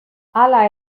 hala